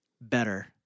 better